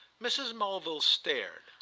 mrs. mulville stared.